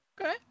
okay